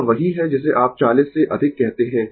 यह वही है जिसे आप 40 से अधिक कहते है